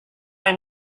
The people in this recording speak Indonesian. yang